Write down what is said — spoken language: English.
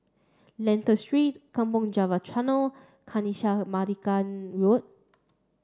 Lentor Street Kampong Java Tunnel Kanisha Marican Road